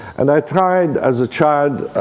and i tried, as a child,